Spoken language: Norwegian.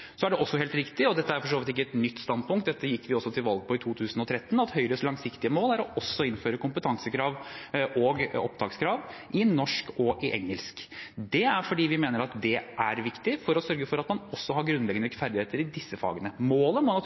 er også helt riktig – og dette er for så vidt ikke et nytt standpunkt; dette gikk vi også til valg på i 2013 – at Høyres langsiktige mål er også å innføre kompetansekrav og opptakskrav i norsk og engelsk. Det er fordi vi mener at det er viktig for å sørge for at man også har grunnleggende ferdigheter i disse fagene. Målet må naturligvis være at